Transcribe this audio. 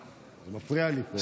זה מפריע לי פה.